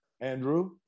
Andrew